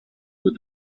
with